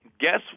Guess